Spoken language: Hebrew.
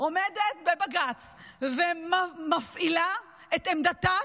עומדת בבג"ץ ומפעילה את עמדתה,